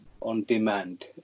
on-demand